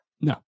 no